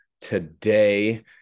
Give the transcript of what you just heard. today